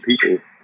people